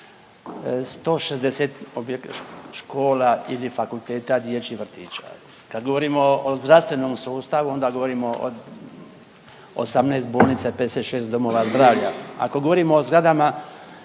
160 škola ili fakulteta dječjih vrtića. Kad govorimo o zdravstvenom sustavu onda govorimo o 18 bolnica i 56 domova zdravlja. Ako govorimo o zgradama